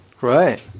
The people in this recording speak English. Right